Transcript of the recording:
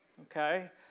okay